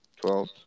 Twelve